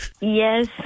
Yes